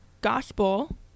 gospel